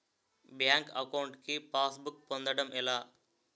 Bank account కి passbook పొందడం ఎలా?